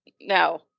no